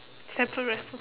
stamford raffles